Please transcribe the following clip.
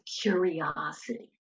curiosity